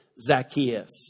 Zacchaeus